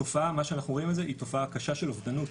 התופעה שאנחנו רואים מזה היא תופעה קשה של אובדנות.